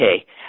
Okay